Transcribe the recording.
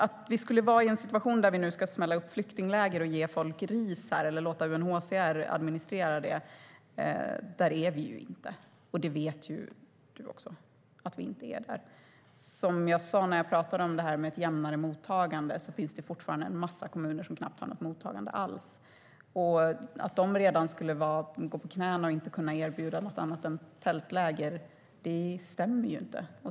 Att vi skulle vara i en situation där vi nu ska smälla upp flyktingläger och ge folk ris eller låta UNHCR administrera det stämmer inte. Där är vi inte, och det vet du också. Som jag sa när jag pratade om ett jämnare mottagande: Det finns fortfarande en massa kommuner som knappt har något mottagande alls. Att de redan skulle gå på knäna och inte kunna erbjuda något annat än tältläger stämmer inte.